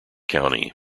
county